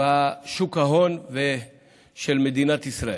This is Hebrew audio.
בשום ההון של מדינת ישראל.